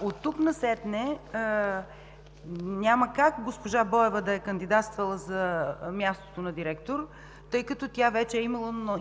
Оттук насетне няма как госпожа Боева да е кандидатствала за мястото на директор, тъй като тя вече е